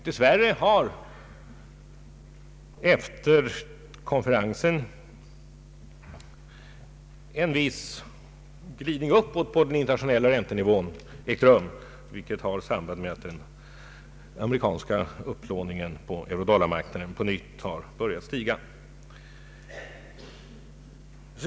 Dess värre har efter konferensen dessutom en viss glidning uppåt på den internationella räntenivån ägt rum, vilket har samband med att den amerikanska upplåningen på eurodollarmarknaden på nytt börjat stiga.